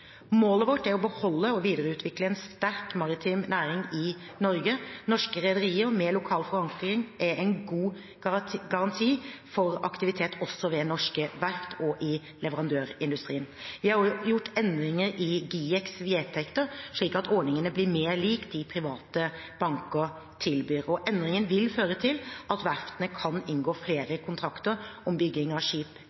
Målet vårt er å beholde og videreutvikle en sterk maritim næring i Norge. Norske rederier med lokal forankring er en god garanti for aktivitet ved norske verft og i leverandørindustrien. Vi har gjort endringer i GIEKs vedtekter, slik at ordningen blir mer lik det de private bankene tilbyr. Endringen vil føre til at verftene kan inngå flere kontrakter om bygging av skip